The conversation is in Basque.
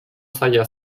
zaila